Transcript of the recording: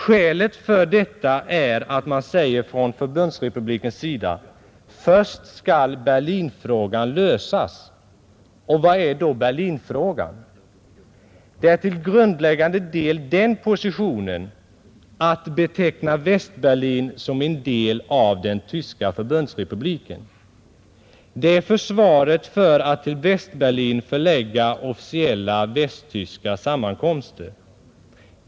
Skälet för detta är att man säger från förbundsrepublikens sida: Först skall Berlinfrågan lösas. Vad är då Berlinfrågan? Det är till grundläggande del den positionen, att beteckna Väst-Berlin som en del av den tyska förbundsrepubliken. Det är försvaret för att till Väst-Berlin förlägga officiella västtyska sammankomster.